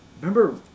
remember